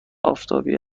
آفتابی